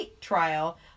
trial